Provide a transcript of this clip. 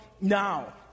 now